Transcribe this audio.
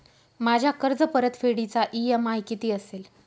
माझ्या कर्जपरतफेडीचा इ.एम.आय किती असेल?